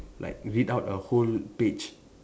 like read out a whole page